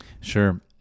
Sure